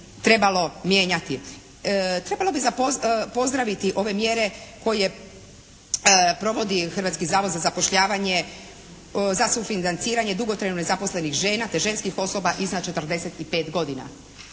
Trebalo bi pozdraviti ove mjere koje provodi Hrvatski zavod za zapošljavanje, za sufinanciranje dugotrajno nezaposlenih žena te ženskih osoba iznad 45 godina.